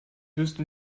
wüsste